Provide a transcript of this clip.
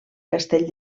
castell